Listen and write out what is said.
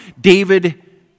David